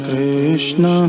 Krishna